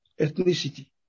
ethnicity